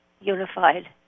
unified